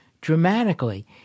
dramatically